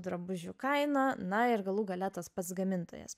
drabužių kaina na ir galų gale tas pats gamintojas